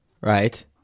right